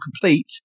complete